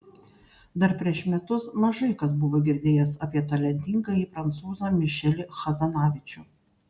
dar prieš metus mažai kas buvo girdėjęs apie talentingąjį prancūzą mišelį hazanavičių